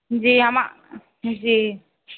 जी हमरा जी